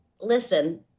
Listen